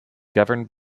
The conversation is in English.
governed